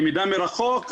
למידה מרחוק,